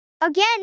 Again